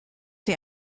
sie